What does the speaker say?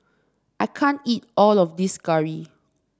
I can't eat all of this curry